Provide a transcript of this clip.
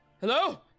Hello